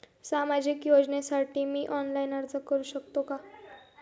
सामाजिक योजनेसाठी मी ऑनलाइन अर्ज करू शकतो का?